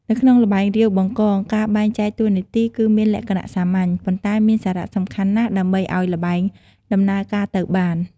នៅក្នុងល្បែង រាវបង្កង ការបែងចែកតួនាទីគឺមានលក្ខណៈសាមញ្ញ ប៉ុន្តែមានសារៈសំខាន់ណាស់ដើម្បីឱ្យល្បែងដំណើរការទៅបាន។